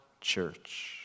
church